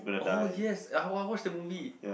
oh yes I want I want watch the movie